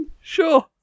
Sure